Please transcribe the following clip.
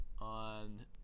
on